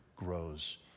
grows